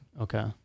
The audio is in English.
Okay